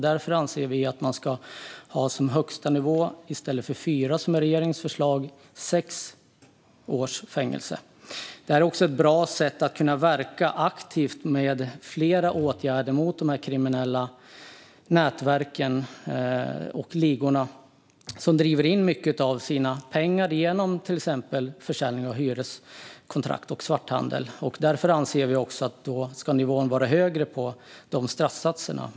Därför anser vi att man ska ha som högstanivå sex års fängelse i stället för fyra år, som är regeringens förslag. Det är också ett bra sätt att kunna verka aktivt med flera åtgärder mot de kriminella nätverken och ligorna. De driver in mycket av sina pengar genom till exempel försäljning av hyreskontrakt och svarthandel. Därför anser vi att nivån ska vara högre på de straffsatserna.